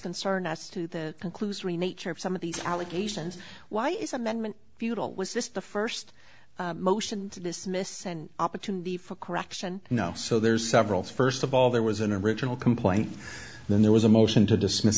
concern as to the conclusory nature of some of these allegations why is amendment futile was just the first motion to dismiss and opportunity for correction you know so there's several first of all there was an original complaint then there was a motion to dismiss